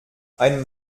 ein